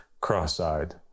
cross-eyed